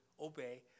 obey